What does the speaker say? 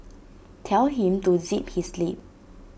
tell him to zip his lip